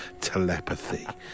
telepathy